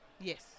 Yes